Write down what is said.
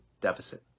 deficit